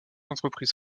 entreprises